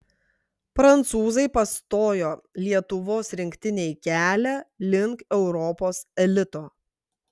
prancūzai pastojo lietuvos rinktinei kelią link europos elito